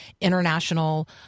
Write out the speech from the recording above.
international